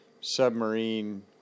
submarine